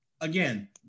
again